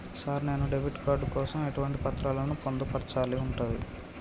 Sir నేను debit card కోసం ఎటువంటి పత్రాలను పొందుపర్చాల్సి ఉంటది?